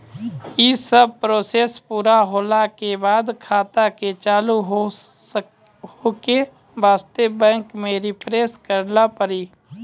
यी सब प्रोसेस पुरा होला के बाद खाता के चालू हो के वास्ते बैंक मे रिफ्रेश करैला पड़ी?